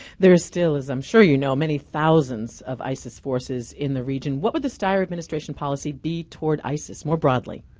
there is still, as i'm sure you know, many thousands of isis forces in the region. what would the steyer administration policy be toward isis more broadly?